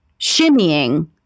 shimmying